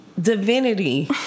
divinity